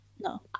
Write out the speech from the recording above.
No